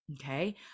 Okay